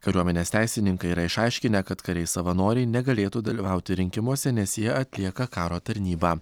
kariuomenės teisininkai yra išaiškinę kad kariai savanoriai negalėtų dalyvauti rinkimuose nes jie atlieka karo tarnybą